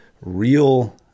real